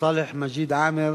סאלח מג'יד עאמר,